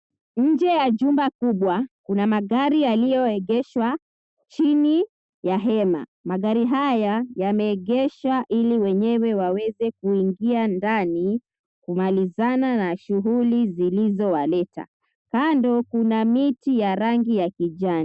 Nje ya jumba kubwa kuna magari yaliyoegeshwa chini ya hema. Magari haya yameegeshwa ili wenyewe waweze kuingia ndani kumalizana na shughuli zilizowaleta. Kando kuna miti ya rangi ya kijani.